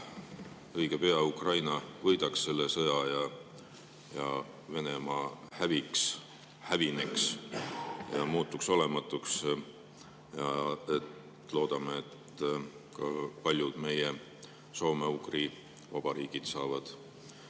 õige pea Ukraina võidaks selle sõja ning Venemaa häviks, hävineks ja muutuks olematuks. Loodame, et ka paljud meie soome-ugri vabariigid saavad